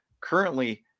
currently